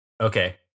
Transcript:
Okay